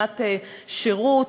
שנת שירות,